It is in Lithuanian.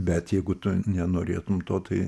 bet jeigu tu nenorėtum to tai